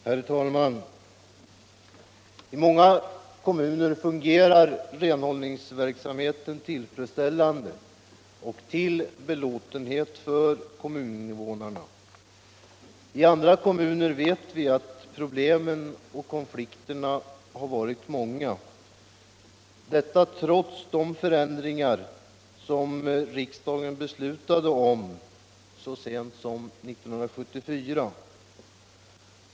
Herr talman! I många kommuner fungerar renhållningsverksamheten tillfredsställande och till belåtenhet för kommuninvånarna. I andra kommuner har — det känner vi till — problemen och konflikterna varit många, trots de förändringar som riksdagen fattade beslut om så sent som 1974.